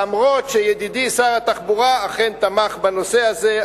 אף שידידי שר התחבורה אכן תמך בנושא הזה,